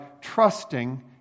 trusting